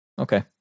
Okay